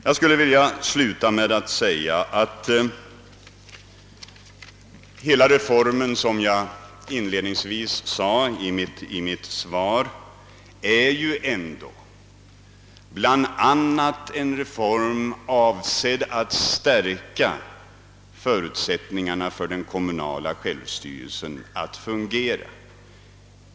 Jag skulle vilja sluta med att upprepa vad jag inledningsvis sade i mitt svar, nämligen att hela denna kommunreform har till syfte att stärka förutsättningarna för den kommunala självstyrelsen att fungera.